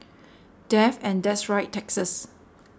death and that's right taxes